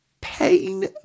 Pain